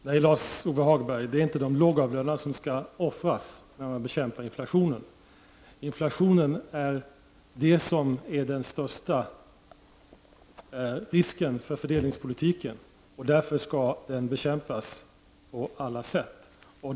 Herr talman! Nej, Lars-Ove Hagberg, det är inte de lågavlönade som skall offras när inflationen bekämpas. Inflationen är den största risken för fördelningspolitiken. Därför skall den bekämpas på alla sätt.